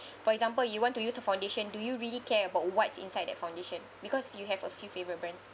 for example you want to use a foundation do you really care about what's inside that foundation because you have a few favorite brands